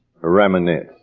reminisce